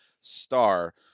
star